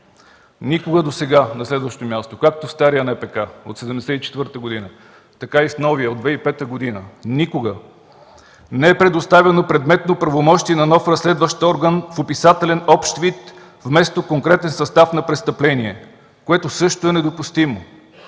никога досега – както в стария НПК от 1974 г., така и в новия от 2005 г., не е предоставяно предметно правомощие на нов разследващ орган в описателен, общ вид, вместо конкретен състав на престъпление, което също е недопустимо.